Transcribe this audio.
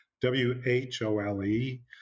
W-H-O-L-E